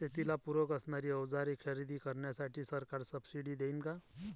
शेतीला पूरक असणारी अवजारे खरेदी करण्यासाठी सरकार सब्सिडी देईन का?